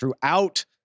throughout